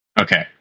Okay